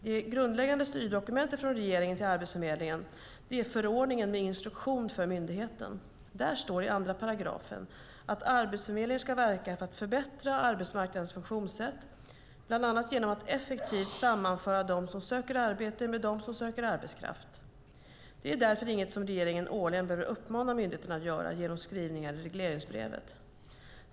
Det grundläggande styrdokumentet från regeringen till Arbetsförmedlingen är förordningen med instruktion för myndigheten. Där står i andra paragrafen att Arbetsförmedlingen ska verka för att förbättra arbetsmarknadens funktionssätt bland annat genom att effektivt sammanföra dem som söker arbete med dem som söker arbetskraft. Det är därför inget som regeringen årligen behöver uppmana myndigheten att göra genom skrivningar i regleringsbrevet.